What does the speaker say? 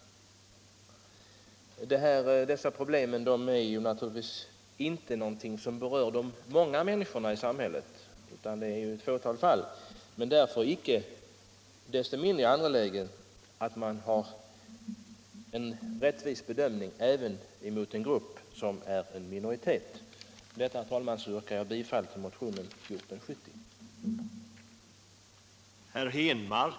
Dessa problem berör naturligtvis inte de många människorna i samhället utan endast ett fåtal, men det är därför inte mindre angeläget att en grupp som är i minoritet behandlas rättvist. Med detta ber jag, herr talman, att få yrka bifall till motionen 1470.